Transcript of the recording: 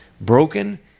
Broken